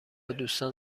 دوستان